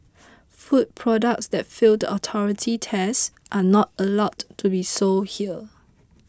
food products that fail the authority tests are not allowed to be sold here